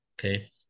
Okay